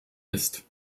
ist